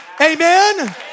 Amen